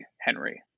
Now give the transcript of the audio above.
Henry